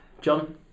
John